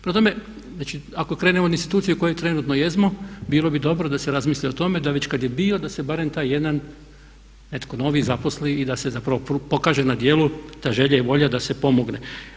Prema tome, znači ako krenemo od institucije u kojoj trenutno jesmo bilo bi dobro da se razmisli o tome da već kad je bio da se barem taj jedan netko novi zaposli i da se zapravo pokaže na djelu ta želja i volja da se pomogne.